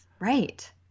Right